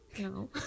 No